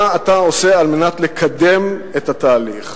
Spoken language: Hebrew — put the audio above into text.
מה אתה עושה על מנת לקדם את התהליך,